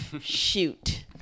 shoot